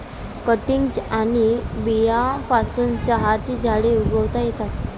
cuttings आणि बियांपासून चहाची झाडे उगवता येतात